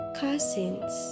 cousins